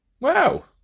wow